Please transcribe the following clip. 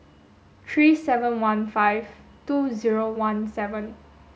three seven one five two zero one seven